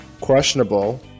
questionable